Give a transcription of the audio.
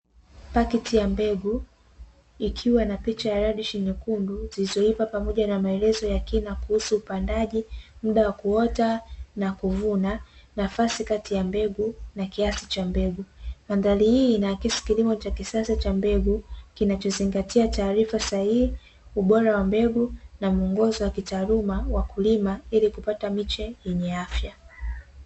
Paketi ya mbegu ikiwa na picha ya radishi nyekundu zilizoiva pamoja na maelezo ya kina kuhusu upandaji, muda wa kuota na kuvuna, nafasi kati ya mbegu, na kiasi cha mbegu. Mandhari hii inaakisi kilimo cha kisasa cha mbegu kinachozingatia taarifa sahihi, ubora wa mbegu, na mwongozo wa kitaaluma wakulima ili kupata miche yenye afya.